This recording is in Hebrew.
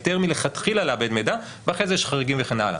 היתר מלכתחילה לעבד מידע ואחרי זה יש חריגים וכן הלאה.